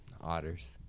Otters